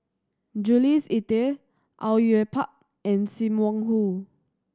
Jules Itier Au Yue Pak and Sim Wong Hoo